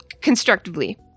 constructively